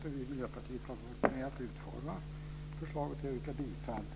Vi i Miljöpartiet har varit med om att utforma det. Jag yrkar bifall till förslaget i betänkandet.